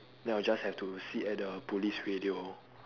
then I'll just have to sit at the police radio